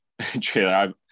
trailer